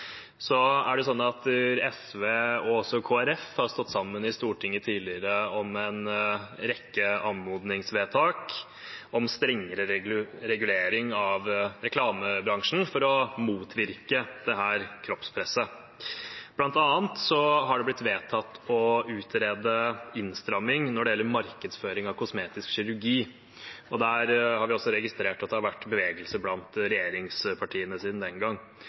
SV og Kristelig Folkeparti har stått sammen i Stortinget tidligere om en rekke anmodningsvedtak om strengere regulering av reklamebransjen for å motvirke dette kroppspresset. Blant annet er det blitt vedtatt å utrede en innstramming når det gjelder markedsføring av kosmetisk kirurgi. Vi har også registrert at det har vært bevegelse blant regjeringspartiene siden den gang.